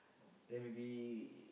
then maybe